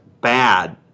bad